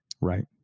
right